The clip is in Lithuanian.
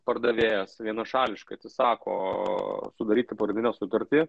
pardavėjas vienašališkai atsisako sudaryti pagrindinę sutartį